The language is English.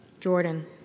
Jordan